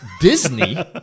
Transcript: Disney